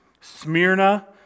Smyrna